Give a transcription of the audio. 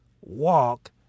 walk